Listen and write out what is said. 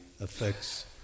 affects